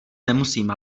nemusím